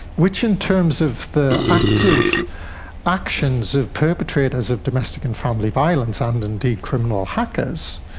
which in terms of the active actions of perpetrators of domestic and family violence and indeed criminal hackers,